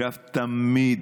תמיד,